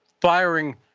firing